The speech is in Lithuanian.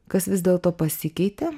kas vis dėlto pasikeitė